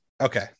Okay